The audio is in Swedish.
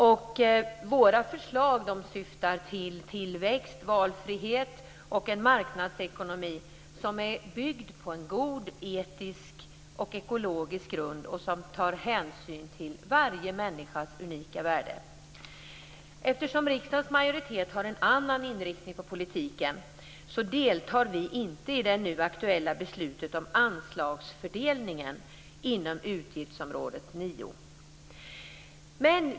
Våra förslag syftar till tillväxt, valfrihet och en marknadsekonomi som är byggd på en god etisk och ekologisk grund och som tar hänsyn till varje människas unika värde. Eftersom riksdagens majoritet har en annan inriktning på politiken deltar vi inte i det nu aktuella beslutet om anslagsfördelningen inom utgiftsområde 9.